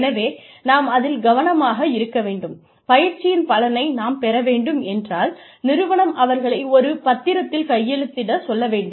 எனவே நாம் அதில் கவனமாக இருக்க வேண்டும் பயிற்சியின் பலனை நாம் பெற வேண்டும் என்றால் நிறுவனம் அவர்களை ஒரு பத்திரத்தில் கையெழுத்திடச் சொல்ல வேண்டும்